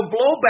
blowback